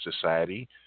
society